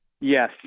Yes